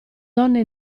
donne